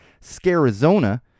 Scarizona